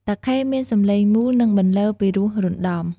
តាខេមានសំឡេងមូល និងបន្លឺពីរោះរណ្តំ។